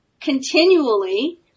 continually